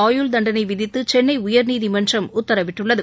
ஆயுள் தண்டணை விதித்து சென்னை உயர்நீதிமன்றம் உத்தரவிட்டது